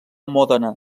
mòdena